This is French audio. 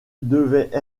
devaient